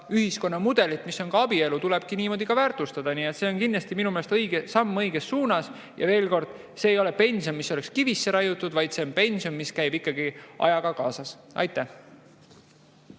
ühiskonnamudelit, mis on abielu, tulebki niimoodi ka väärtustada. See on minu meelest õige samm õiges suunas. Ja veel kord: see ei ole pension, mis oleks kivisse raiutud, vaid see on pension, mis käib ikkagi ajaga kaasas. Aitäh!